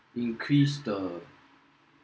increase the